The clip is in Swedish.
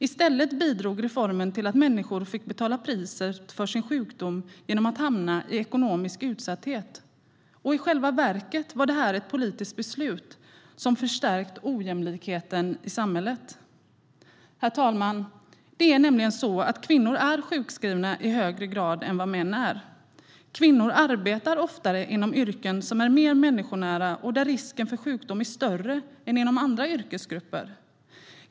I stället bidrog reformen till att människor fick betala priset för sin sjukdom genom att hamna i ekonomisk utsatthet. I själva verket var det här ett politiskt beslut som förstärkte ojämlikheten i samhället. Herr talman! Kvinnor är sjukskrivna i högre grad än vad män är. Kvinnor arbetar oftare inom yrken som är mer människonära och där risken för sjukdom är större än inom andra yrkesgrupper.